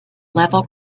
level